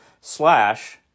slash